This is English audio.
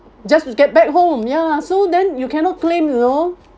just to get back home ya so then you cannot claim you know